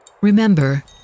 Remember